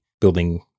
building